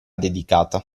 dedicata